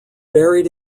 buried